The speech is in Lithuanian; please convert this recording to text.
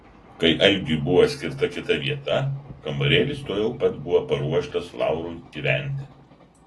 kai algiui buvo skirta kita vieta kambarėlis tuojau pat buvo paruoštas laurui gyventi